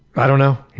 i don't know.